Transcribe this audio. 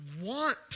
want